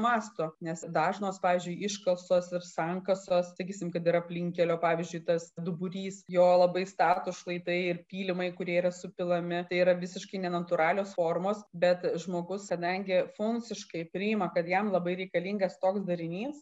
masto nes dažnos pavyzdžiui iškasos ir sankasos sakysim kad ir aplinkkelio pavyzdžiui tas duburys jo labai statūs šlaitai ir pylimai kurie yra supilami tai yra visiškai nenatūralios formos bet žmogus kadangi funkciškai priima kad jam labai reikalingas toks darinys